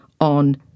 on